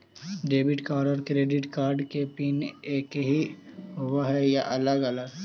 Debit और credit card के PIN एकही होव हइ या अलग अलग?